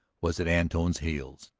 was at antone's heels.